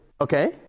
okay